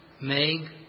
Meg